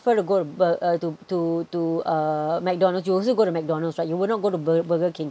fer~ go to bur~ uh to to to uh McDonald's you will also go to McDonald's right you would not go to bur~ burger king